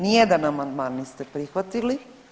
Ni jedan amandman niste prihvatili.